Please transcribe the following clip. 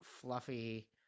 fluffy